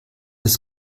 ist